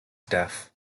death